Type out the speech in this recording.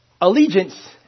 Allegiance